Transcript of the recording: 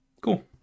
Cool